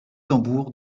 tambours